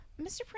Mr